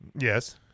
yes